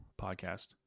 podcast